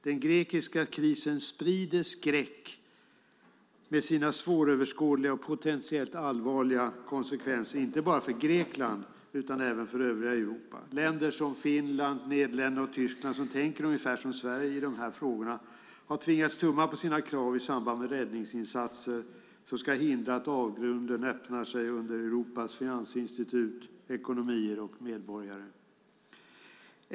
Den grekiska krisen sprider skräck med sina svåröverskådliga och potentiellt allvarliga konsekvenser, inte bara för Grekland utan även för övriga Europa. Länder som Finland, Nederländerna och Tyskland, som tänker ungefär som Sverige i de här frågorna, har tvingats tumma på sina krav i samband med räddningsinsatser som ska hindra att avgrunden öppnar sig under Europas finansinstitut, ekonomier och medborgare.